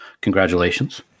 Congratulations